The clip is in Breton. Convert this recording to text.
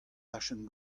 dachenn